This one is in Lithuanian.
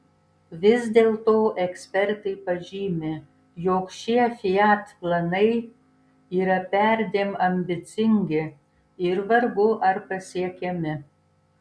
vis dėlto ekspertai pažymi jog šie fiat planai yra perdėm ambicingi ir vargu ar pasiekiami